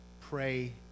pray